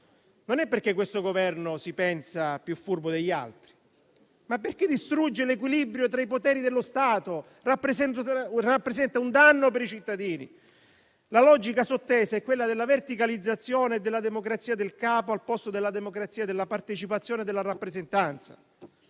Non perché questo Governo si pensa più furbo degli altri, ma perché distrugge l'equilibrio tra i poteri dello Stato e rappresenta un danno per i cittadini. La logica sottesa è quella della verticalizzazione e della democrazia del capo al posto della democrazia della partecipazione e della rappresentanza;